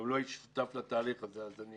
לא הייתי שותף לתהליך הזה אז אני